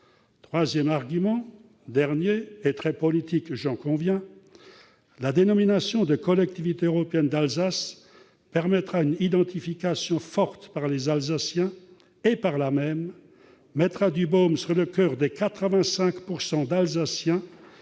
Troisièmement- l'argument est très politique, j'en conviens -, la dénomination « Collectivité européenne d'Alsace » permettra une identification forte par les Alsaciens et, par là même, mettra du baume au coeur des 85 % d'Alsaciens